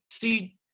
See